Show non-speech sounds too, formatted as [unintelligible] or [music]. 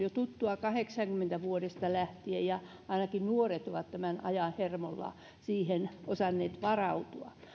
[unintelligible] jo tuttua vuodesta tuhatyhdeksänsataakahdeksankymmentä lähtien ja ainakin nuoret ovat tämän ajan hermolla siihen osanneet varautua